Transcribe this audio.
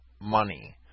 money